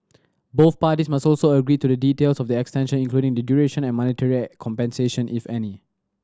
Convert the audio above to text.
both parties must also agree to the details of the extension including the duration and monetary compensation if any